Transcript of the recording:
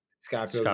Scott